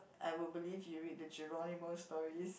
I would believe you read the Geronimo story